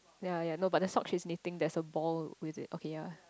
ya ya no but the socks she's knitting there's a ball with it okay ya